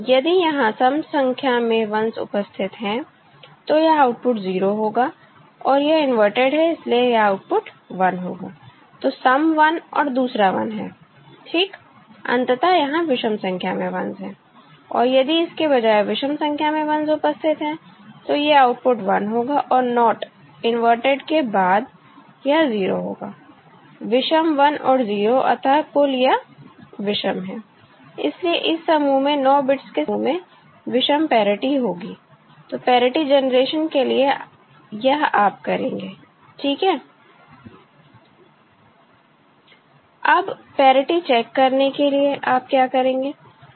यदि यहां सम संख्या में 1s उपस्थित हैं तो यह आउटपुट 0 होगा और यह इनवर्टेड है इसलिए यह आउटपुट 1 होगा तो सम 1 और दूसरा 1 है ठीक अंततः यहां विषम संख्या में 1s हैं और यदि इसके बजाय विषम संख्या में 1s उपस्थित हैं तो ये आउटपुट 1 होगा और NOT इनवर्टेड के बाद यह 0 होगा विषम 1 और 0 अतः कुल यह विषम है इसलिए इस समूह में 9 बिट्स के समूह में विषम पैरिटी होगी तो पैरिटी जनरेशन के लिए यह आप करेंगे ठीक है अब पैरिटी चेक करने के लिए आप क्या करेंगे